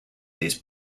these